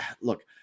look